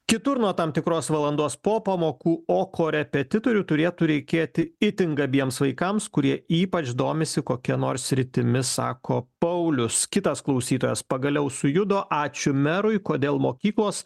kitur nuo tam tikros valandos po pamokų o korepetitorių turėtų reikėti itin gabiems vaikams kurie ypač domisi kokia nors sritimi sako paulius kitas klausytojas pagaliau sujudo ačiū merui kodėl mokyklos